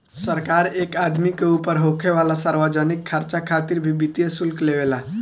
सरकार एक आदमी के ऊपर होखे वाला सार्वजनिक खर्चा खातिर भी वित्तीय शुल्क लेवे ला